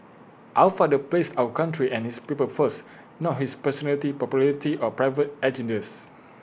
our father placed our country and his people first not his personal popularity or private agendas